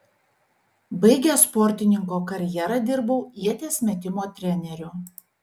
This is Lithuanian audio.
baigęs sportininko karjerą dirbau ieties metimo treneriu